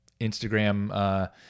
Instagram